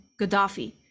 Gaddafi